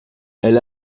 elle